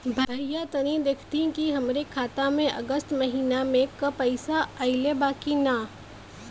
भईया तनि देखती की हमरे खाता मे अगस्त महीना में क पैसा आईल बा की ना?